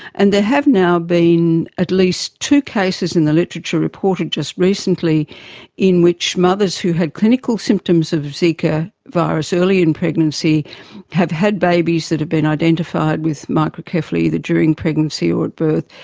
and there have now been at least two cases in the literature reported just recently in which mothers who had clinical symptoms of zika virus early in pregnancy have had babies that have been identified with microcephaly either during pregnancy or at birth,